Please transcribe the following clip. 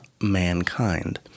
mankind